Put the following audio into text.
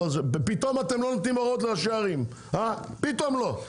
פתאום אתם לא נותנים הוראות לראשי ערים פתאום לא,